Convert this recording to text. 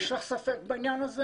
יש לך ספק בכך?